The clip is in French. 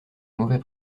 mauvais